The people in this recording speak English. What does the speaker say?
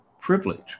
privilege